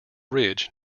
ridge